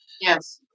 Yes